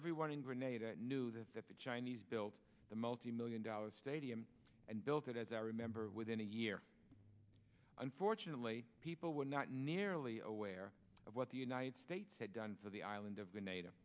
everyone in grenada knew that that the chinese built the multi million dollar stadium and built it as i remember within a year unfortunately people were not nearly aware of what the united states had done for the island of the native